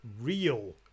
real